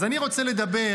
אז אני רוצה לדבר